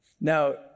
Now